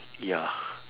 ya